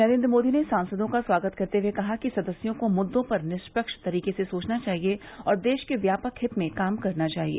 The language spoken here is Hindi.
नरेन्द्र मोदी ने सांसदों का स्वागत करते हुए कहा कि सदस्यों को मुद्दों पर निष्पक्ष तरीके से सोचना चाहिए और देश के व्यापक हित में काम करना चाहिए